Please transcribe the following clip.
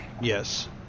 Yes